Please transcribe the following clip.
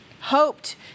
Hoped